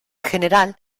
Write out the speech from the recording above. general